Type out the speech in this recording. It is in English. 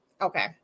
okay